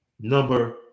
number